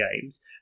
games